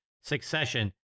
succession